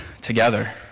together